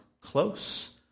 close